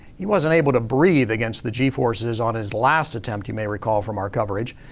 he wasn't able to breathe against the g forces on his last attempt, you may recall from our coverage.